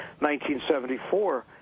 1974